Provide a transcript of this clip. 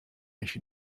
mich